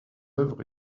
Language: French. œuvres